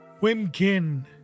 Wimkin